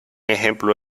ejemplo